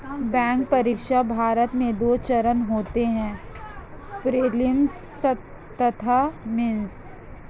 bank परीक्षा, भारत में दो चरण होते हैं प्रीलिम्स तथा मेंस